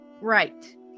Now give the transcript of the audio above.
Right